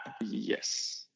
Yes